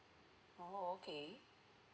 oh okay